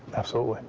absolutely.